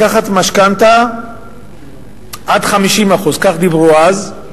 לקחת משכנתה עד 50%. כך אמרו אז,